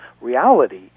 reality